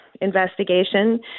investigation